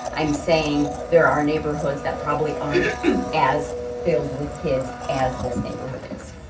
i'm saying there are neighborhoods that probably aren't as filled with kids as this neighborhood is.